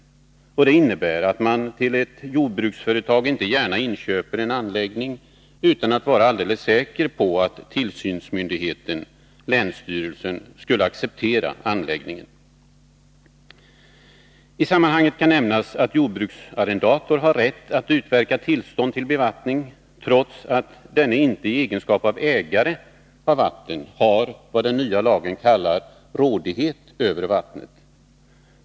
Det innebär att man till ett jordbruksföretag inte gärna inköper en anläggning utan att vara alldeles säker på att tillsynsmyndigheten — länsstyrelsen — skulle acceptera anläggningen. I sammanhanget kan nämnas att jordbruksarrendator har rätt att utverka tillstånd till bevattning, trots att denne inte, då han inte är ägare av vattnet, har vad den nya lagen kallar ”rådighet över vattnet”.